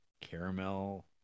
caramel